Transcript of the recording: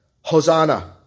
Hosanna